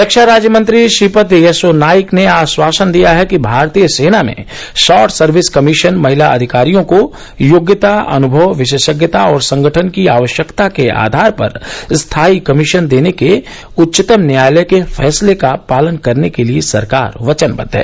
रक्षा राज्यमंत्री श्रीपद यशो नाइक ने आश्वासन दिया है कि भारतीय सेना में शॉर्ट सर्विस कमीशन महिला अधिकारियों को योग्यता अन्भव विशेषज्ञता और संगठन की आवश्यकता के आधार पर स्थायी कमीशन देने को उच्चतम न्यायालय के फैसले का पालन करने के लिए सरकार वचनबद्ध है